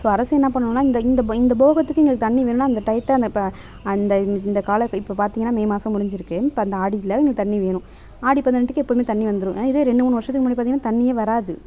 so அரசு என்ன பண்ணணுன்னால் இந்த இந்த போகத்துக்கு எங்களுக்கு தண்ணி வேணுனால் அந்த டையத்தை இப்போ அந்த இந்த கால இப்போ பார்த்திங்கன்னா மே மாதம் முடிஞ்சிருக்குது இப்போ அந்த ஆடியில் எங்களுக்கு தண்ணி வேணும் ஆடி பதினெட்டுக்கு எப்போதுமே தண்ணி வந்துடும் இதே ரெண்டு மூணு வருடத்துக்கு முன்னாடி பார்த்திங்கன்னா தண்ணியே வராது